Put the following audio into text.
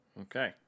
Okay